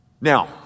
Now